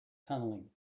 tunneling